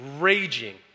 raging